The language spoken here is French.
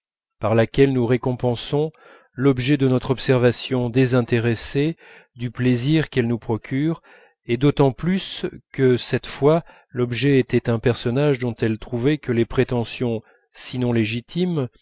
par laquelle nous récompensons l'objet de notre observation désintéressée du plaisir qu'elle nous procure et d'autant plus que cette fois l'objet était un personnage dont elle trouvait que les prétentions sinon légitimes